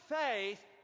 faith